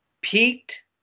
peaked